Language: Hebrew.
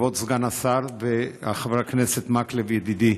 כבוד סגן השר וחבר הכנסת מקלב, ידידי,